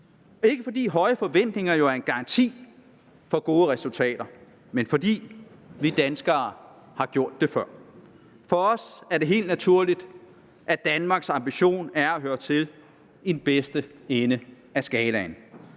ikke, fordi høje forventninger er en garanti for gode resultater, men fordi vi danskere har gjort det før. For os er det helt naturligt, at Danmarks ambition er at høre til i den bedste ende af skalaen,